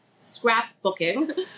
scrapbooking